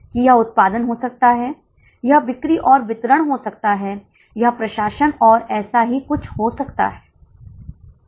अब सम विच्छेद बिंदु 59 74 89 हैं यही कारण है कि 3 सम विच्छेद होने की संभावना थी